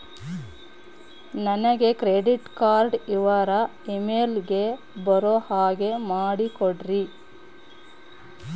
ನನಗೆ credit card ವಿವರ email ಗೆ ಬರೋ ಹಾಗೆ ಮಾಡಿಕೊಡ್ರಿ?